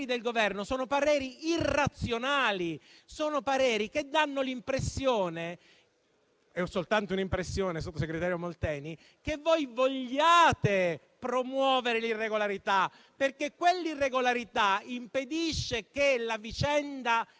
del Governo sono irrazionali, che danno l'impressione - è soltanto un'impressione, sottosegretario Molteni - che vogliate promuovere l'irregolarità. Quell'irregolarità impedisce che la vicenda